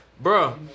Bro